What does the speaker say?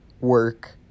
work